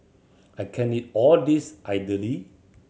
I can't eat all this idly